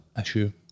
issue